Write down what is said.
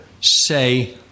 say